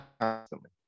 constantly